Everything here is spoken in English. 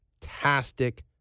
fantastic